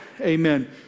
Amen